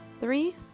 three